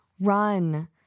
run